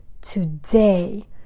today